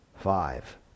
five